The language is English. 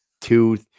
two